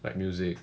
like music